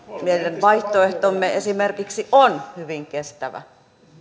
meidän vaihtoehtomme esimerkiksi on hyvin kestävä